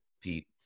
Pete